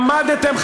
עמדתם,